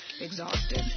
exhausted